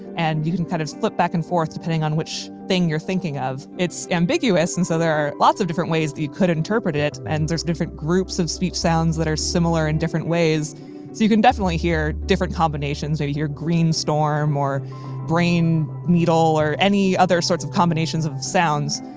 and you can kind of flip back and forth depending on which thing you're thinking of. it's ambiguous and so there are lots of different ways that you could interpret it. and there's different groups of speech sounds that are similar in different ways, so you can definitely hear different combinations. maybe hear green storm, or brain needle, or any other sorts of combinations of sounds.